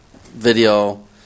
video